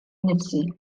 nnifsi